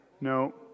No